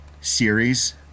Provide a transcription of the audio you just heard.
series